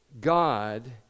God